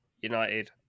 United